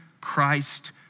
Christ